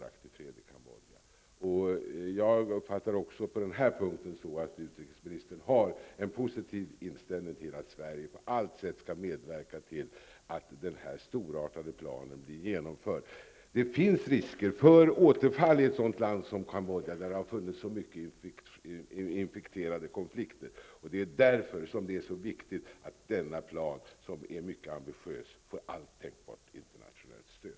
Även på denna punkt har jag fått den uppfattningen att utrikesministern har en positiv inställning till att Sverige på allt sätt skall medverka till att den storartade planen genomförs. Det finns risker för återfall i ett land som Cambodja, där det har funnits så många infekterade konflikter. Därför är det viktigt att den mycket ambitiösa planen får allt tänkbart internationellt stöd.